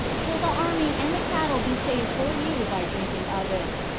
till the army and the cattle be saved for you by drinking of it.